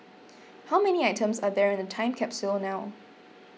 how many items are there in the time capsule now